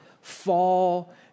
fall